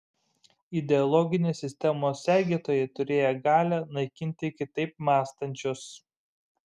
ideologinės sistemos sergėtojai turėjo galią naikinti kitaip mąstančius